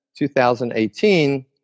2018